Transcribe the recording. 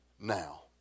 now